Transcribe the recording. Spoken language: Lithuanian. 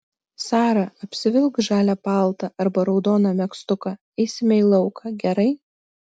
sara apsivilk žalią paltą arba raudoną megztuką eisime į lauką gerai